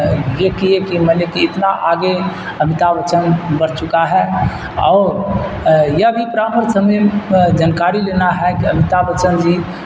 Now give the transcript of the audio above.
یہ کیے کہ مطلب کہ اتنا آگے امیتابھ بچن بڑھ چکا ہے اور یہ بھی پراپر سمجھیے جانکاری لینا ہے کہ امیتابھ بچن جی